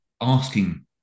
asking